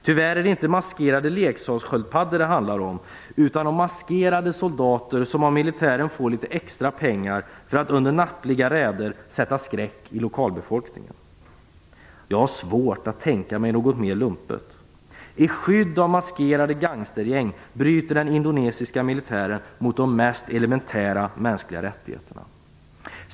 Tyvärr är det inte maskerade leksakssköldpaddor det handlar om, utan om maskerade soldater som av militären får litet extra pengar för att under nattliga räder sätta skräck i lokalbefolkningen. Jag har svårt att tänka mig något mer lumpet. I skydd av maskerade gangstergäng bryter den indonesiska militären mot de mest elementära mänskliga rättigheterna.